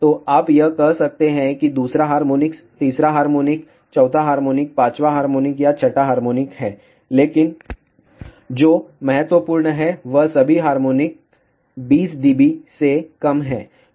तो आप यह कह सकते हैं कि दूसरा हार्मोनिक तीसरा हार्मोनिक चौथा हार्मोनिक पांचवां हार्मोनिक छठा हार्मोनिक है लेकिन जो महत्वपूर्ण है वह सभी हार्मोनिक्स 20 डीबी से कम है